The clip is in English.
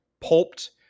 pulped